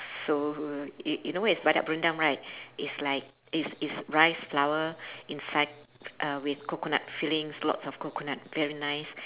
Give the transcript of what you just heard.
so you you know what is badak berendam right is like it's it's rice flour inside uh with coconut fillings lots of coconut very nice